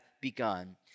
begun